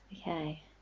Okay